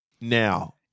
now